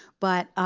but